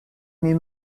mes